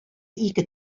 ике